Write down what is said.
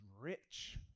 rich